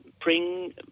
Bring